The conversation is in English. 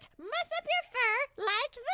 mess up your fur like